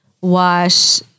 wash